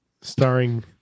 starring